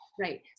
Right